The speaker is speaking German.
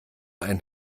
einen